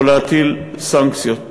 או להטיל סנקציות.